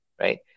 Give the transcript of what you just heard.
right